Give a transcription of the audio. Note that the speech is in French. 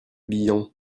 bihan